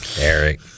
Eric